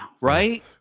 Right